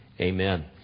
Amen